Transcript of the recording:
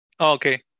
Okay